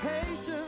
patience